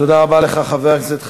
תודה רבה לך, חבר הכנסת חזן.